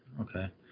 Okay